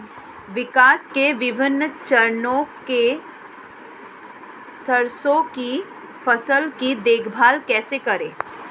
विकास के विभिन्न चरणों में सरसों की फसल की देखभाल कैसे करें?